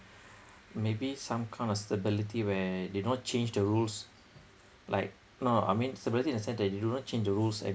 maybe some kind of stability where they don't change the rules like no I mean stability in the sense that you do not change the rules I